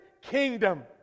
kingdom